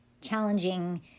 challenging